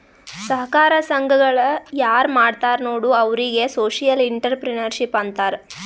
ಸಹಕಾರ ಸಂಘಗಳ ಯಾರ್ ಮಾಡ್ತಾರ ನೋಡು ಅವ್ರಿಗೆ ಸೋಶಿಯಲ್ ಇಂಟ್ರಪ್ರಿನರ್ಶಿಪ್ ಅಂತಾರ್